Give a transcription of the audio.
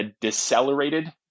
decelerated